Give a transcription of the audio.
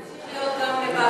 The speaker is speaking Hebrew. אני מתארת לעצמי שימשיך להיות גם,